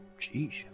Jeez